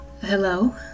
hello